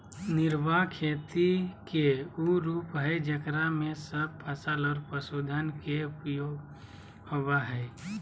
निर्वाह खेती के उ रूप हइ जेकरा में सब फसल और पशुधन के उपयोग होबा हइ